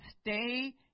stay